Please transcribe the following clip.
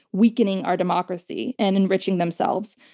weakening our democracy and enriching themselves.